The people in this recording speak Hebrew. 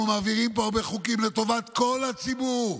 אנחנו מעבירים פה הרבה חוקים לטובת כל הציבור,